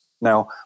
Now